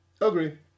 Agree